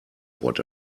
what